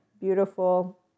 beautiful